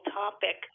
topic